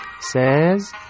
says